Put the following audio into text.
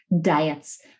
diets